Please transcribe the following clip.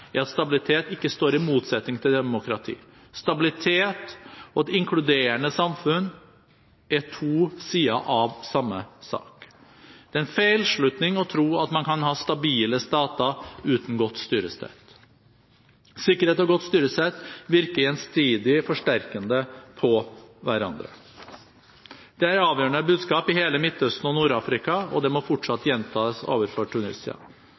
er at stabilitet ikke står i motsetning til demokrati – stabilitet og et inkluderende samfunn er to sider av samme sak. Det er en feilslutning å tro at man kan ha stabile stater uten godt styresett. Sikkerhet og godt styresett virker gjensidig forsterkende på hverandre. Dette er et avgjørende budskap i hele Midtøsten og Nord-Afrika, og det må fortsatt gjentas overfor Tunisia.